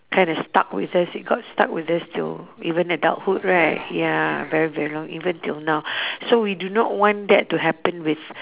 kinda stuck with us it got stuck with us till even adulthood right ya very very long even till now so we do not want that to happen with